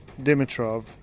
dimitrov